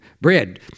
bread